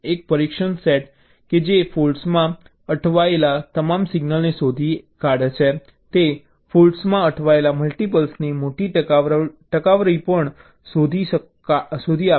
એક પરીક્ષણ સેટ કે જે ફૉલ્ટ્સમાં અટવાયેલા તમામ સિંગલને શોધી કાઢે છે તે ફૉલ્ટ્સમાં અટવાયેલા મલ્ટીપલની મોટી ટકાવારી પણ શોધી કાઢશે